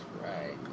right